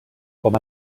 com